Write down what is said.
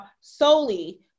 solely